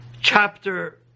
Chapter